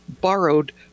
borrowed